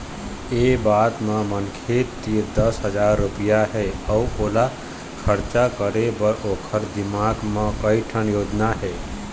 ए बात म मनखे तीर दस हजार रूपिया हे अउ ओला खरचा करे बर ओखर दिमाक म कइ ठन योजना हे